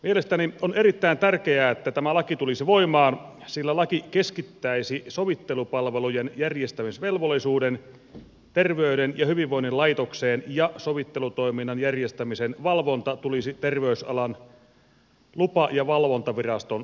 mielestäni on erittäin tärkeää että tämä laki tulisi voimaan sillä laki keskittäisi sovittelupalvelujen järjestämisvelvollisuuden terveyden ja hyvinvoinnin laitokseen ja sovittelutoiminnan järjestämisen valvonta tulisi sosiaali ja terveysalan lupa ja valvontaviraston tehtäväksi